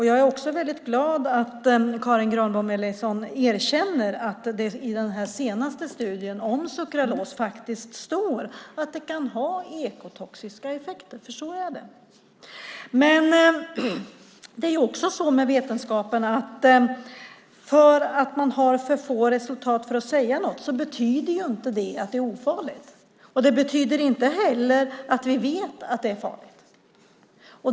Jag är också väldigt glad att Karin Granbom Ellison erkänner att det i den senaste studien om sukralos står att sukralos kan ha ekotoxiska effekter, för så är det. Men det är också så med vetenskapen att det faktum att man har för få resultat för att kunna säga något inte betyder att det är ofarligt. Det betyder inte heller att vi vet att det är farligt.